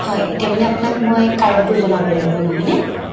হয় এতিয়া মানে মই আপোনাক কাৰণটো জনাব লাগিব নহয়নে